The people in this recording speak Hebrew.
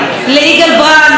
ליגאל ברנד.